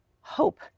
hope